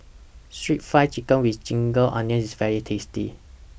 Stir Fry Chicken with Ginger Onions IS very tasty